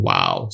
Wow